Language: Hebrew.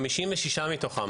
56 מתוכם,